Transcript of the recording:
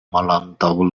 malantaŭ